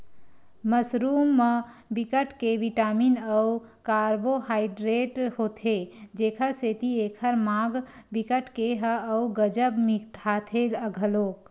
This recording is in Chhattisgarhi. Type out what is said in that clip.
मसरूम म बिकट के बिटामिन अउ कारबोहाइडरेट होथे जेखर सेती एखर माग बिकट के ह अउ गजब मिटाथे घलोक